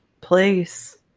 place